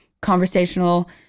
conversational